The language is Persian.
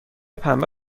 پنبه